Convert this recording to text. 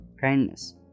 kindness